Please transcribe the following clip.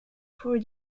for